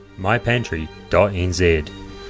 MyPantry.nz